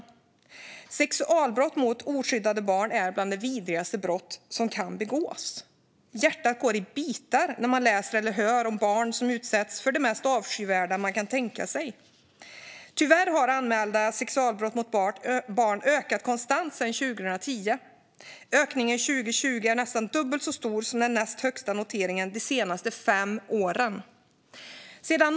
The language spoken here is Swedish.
Sexualbrott mot oskyddade barn är bland de vidrigaste brott som kan begås. Hjärtat går i bitar när man läser eller hör om barn som utsätts för det mest avskyvärda man kan tänka sig. Tyvärr har antalet anmälda sexualbrott mot barn ökat konstant sedan 2010. Ökningen under 2020 var nästan dubbelt så stor som den näst högsta noteringen de senaste fem åren.